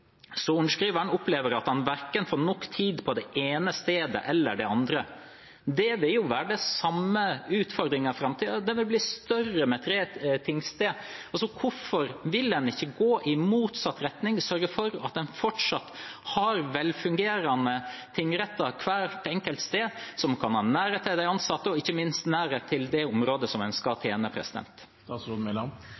opplever at han verken får nok tid på det ene stedet eller det andre. Det vil jo være den samme utfordringen i framtiden. Den vil bli større med tre tingsteder. Hvorfor vil man ikke gå i motsatt retning og sørge for at man fortsatt har velfungerende tingretter på hvert enkelt sted, som kan ha nærhet til de ansatte og ikke minst til det området man skal tjene? Vi ønsker å gjøre noe med de funnene som